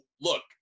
look